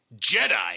Jedi